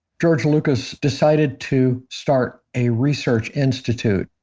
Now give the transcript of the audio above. george lucas decided to start a research institute.